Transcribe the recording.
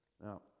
Now